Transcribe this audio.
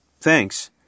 Thanks